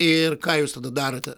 ir ką jūs tada darote